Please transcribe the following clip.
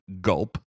gulp